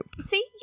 See